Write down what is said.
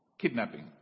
Kidnapping